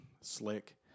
slick